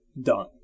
done